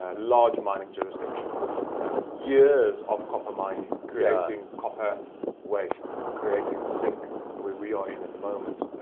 ah large mining jurisdiction and years of copper mining, creating copper waste, creating zinc where we we are in at the moment,